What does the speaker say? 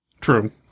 True